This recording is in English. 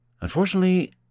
Unfortunately